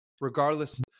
regardless